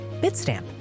Bitstamp